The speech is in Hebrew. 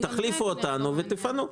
תחליפו אותנו ותפנו.